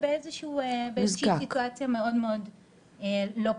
באיזשהו סיטואציה מאוד מאוד לא פשוטה,